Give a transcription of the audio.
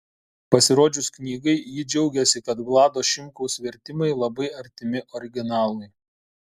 pasirodžius knygai ji džiaugėsi kad vlado šimkaus vertimai labai artimi originalui